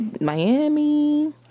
Miami